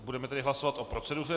Budeme tedy hlasovat o proceduře.